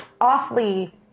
awfully